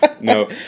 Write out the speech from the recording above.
No